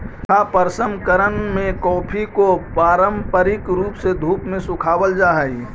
सूखा प्रसंकरण में कॉफी को पारंपरिक रूप से धूप में सुखावाल जा हई